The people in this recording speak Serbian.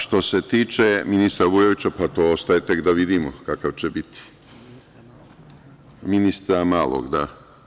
Što se tiče ministra Vujovića, to ostaje tek da vidimo kakav će biti, ministra Malog, da.